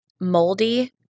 Moldy